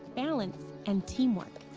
balance and teamwork.